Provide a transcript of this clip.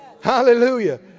Hallelujah